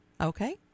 Okay